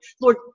lord